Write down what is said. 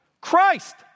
Christ